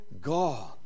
God